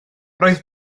roedd